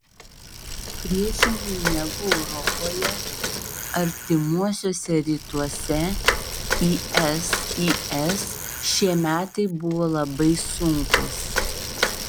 priešingai negu europoje artimuosiuose rytuose isis šie metai buvo labai sunkūs